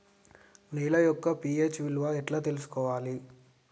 నేల యొక్క పి.హెచ్ విలువ ఎట్లా తెలుసుకోవాలి?